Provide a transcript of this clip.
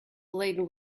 laden